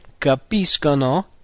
capiscono